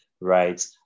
right